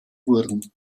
wurden